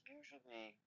usually